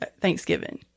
Thanksgiving